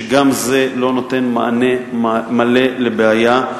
שגם זה לא נותן מענה מלא על הבעיה,